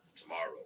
tomorrow